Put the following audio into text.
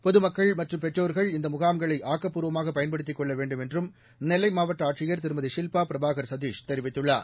பொதமக்கள் மற்றம் பெற்றோர்கள் இந்த முகாம்களை ஆக்கபூர்வமாக பயன்படுத்திக் னெள்ள வேண்டும் என்றும் நெல்லை மாவட்ட ஆட்சியர் திருமதி ஷில்பா பிரபானர் சதீஷ் தெரிவித்துள்ளார்